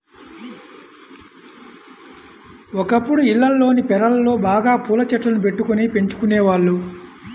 ఒకప్పుడు ఇళ్లల్లోని పెరళ్ళలో బాగా పూల చెట్లను బెట్టుకొని పెంచుకునేవాళ్ళు